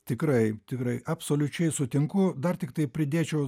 tikrai tikrai absoliučiai sutinku dar tiktai pridėčiau